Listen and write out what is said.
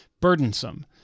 burdensome